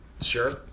Sure